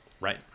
Right